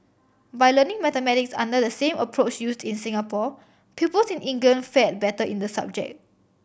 by learning mathematics under the same approach used in Singapore pupils in England fared better in the subject